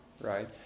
right